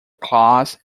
claws